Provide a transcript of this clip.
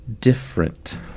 different